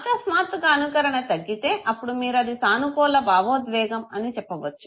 అకస్మాత్తుగా అనుకరణ తగ్గితే అప్పుడు మీరు అది సానుకూల భావోద్వేగం అని చెప్పవచ్చు